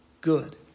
good